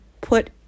put